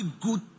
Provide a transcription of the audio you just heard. good